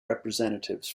representatives